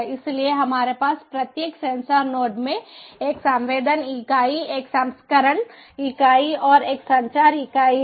इसलिए हमारे पास प्रत्येक सेंसर नोड में एक संवेदन इकाई एक प्रसंस्करणप्रोसेसिंग processing इकाई और एक संचार इकाई है